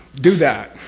do that!